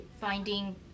finding